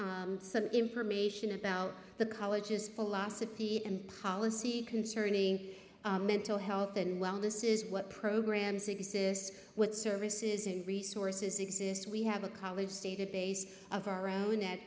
some information about the colleges philosophy and policy concerning mental health and wellness is what programs exist what services and resources exist we have a college state a base of our own at at